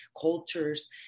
cultures